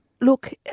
Look